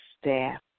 staff